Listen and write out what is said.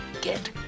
get